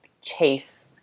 chase